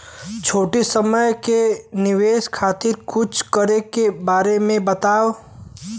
छोटी समय के निवेश खातिर कुछ करे के बारे मे बताव?